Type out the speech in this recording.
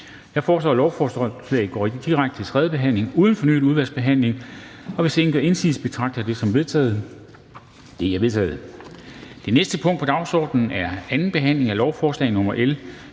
Jeg foreslår, at lovforslaget går direkte til tredje behandling uden fornyet udvalgsbehandling, og hvis ingen gør indsigelse, betragter jeg det som vedtaget. Det er vedtaget. --- Det næste punkt på dagsordenen er: 3) 2. behandling af lovforslag nr.